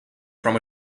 from